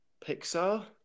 Pixar